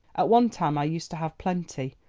at one time i used to have plenty,